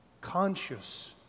conscious